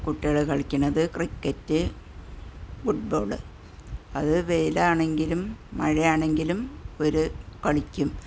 കുട്ടികൾ കളിക്കുന്നത് cricket football അത് വെയിലാണെങ്കിലും മഴയാണെങ്കിലും ഇവർ കളിക്കും